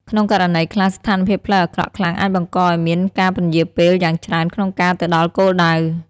ក្នុងករណីខ្លះ ស្ថានភាពផ្លូវអាក្រក់ខ្លាំងអាចបង្កឱ្យមានការពន្យារពេលយ៉ាងច្រើនក្នុងការទៅដល់គោលដៅ។